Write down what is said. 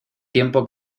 tiempo